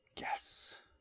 Yes